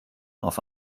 auf